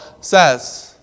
says